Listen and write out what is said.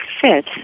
fit